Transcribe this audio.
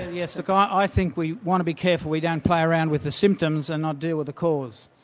yes, look i think we want to be careful we don't play around with the symptoms and not deal with the cause,